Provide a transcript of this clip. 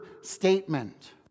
statement